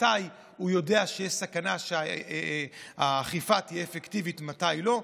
מתי יודעים שיש סכנה שהאכיפה לא תהיה אפקטיבית ומתי לא.